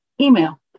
email